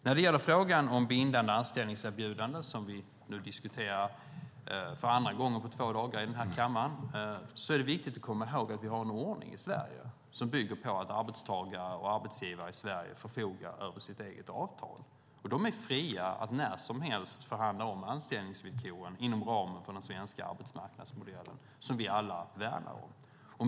När det gäller frågan om bindande anställningserbjudanden, som vi nu diskuterar för andra gången på två dagar i kammaren, är det viktigt att komma ihåg att vi har en ordning i Sverige som bygger på att arbetstagare och arbetsgivare i Sverige förfogar över sitt eget avtal. De är fria att när som helst förhandla om anställningsvillkoren inom ramen för den svenska arbetsmarknadsmodellen, som vi alla värnar om.